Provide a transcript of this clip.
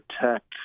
protect